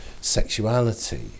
sexuality